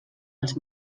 els